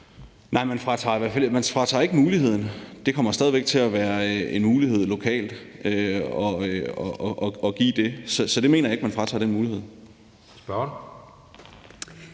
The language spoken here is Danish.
Nej, man fratager dem ikke muligheden. Det kommer stadig væk til at være en mulighed lokalt at give det. Så jeg mener ikke, man fratager dem den mulighed.